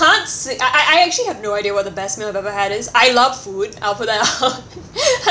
can't s~ I I I actually have no idea what the best meal I've ever had is I love food out uh for that I'll